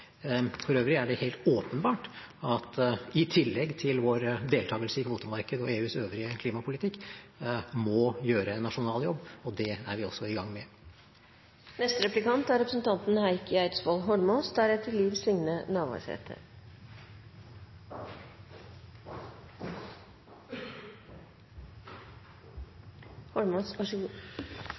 For øvrig er det helt åpenbart at i tillegg til vår deltakelse i kvotemarkedet og EUs øvrige klimapolitikk må vi gjøre en nasjonal jobb, og det er vi også i gang med.